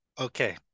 Okay